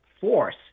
force